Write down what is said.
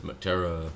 Matera